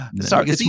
Sorry